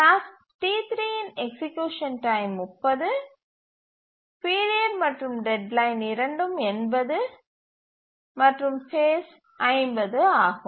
task T3 இன் execution time 30 period மற்றும் deadline இரண்டும் 80 மற்றும் ஃபேஸ் 50 ஆகும்